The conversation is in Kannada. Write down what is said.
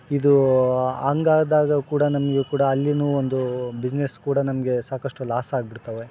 ಇದು ಹಂಗಾದಾಗ ಕೂಡ ನಮಗೂ ಕೂಡ ಅಲ್ಲಿ ಒಂದು ಬಿಸ್ನೆಸ್ ಕೂಡ ನಮಗೆ ಸಾಕಷ್ಟು ಲಾಸ್ ಆಗಿಬಿಡ್ತವೆ